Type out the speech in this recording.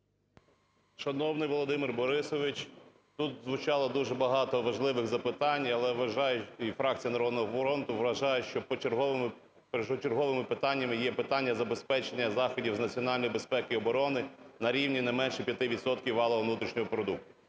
Шановний Володимир Борисович, тут звучало дуже багато важливих запитань, але вважаю і фракція "Народного фронту" вважає, що першочерговими питаннями є питання забезпечення заходів з національної безпеки і оборони на рівні не менше 5 відсотків валового внутрішнього продукту.